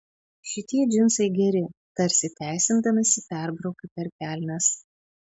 šitie džinsai geri tarsi teisindamasi perbraukiu per kelnes